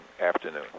afternoon